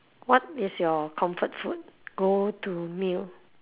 what is your comfort food go to meal